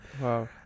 Wow